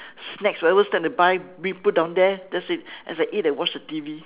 snacks whatever snack I buy maybe put down there that's it as I eat and watch the T_V